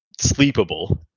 sleepable